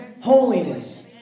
Holiness